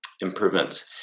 improvements